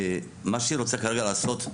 מה שהיא רוצה כרגע לעשות,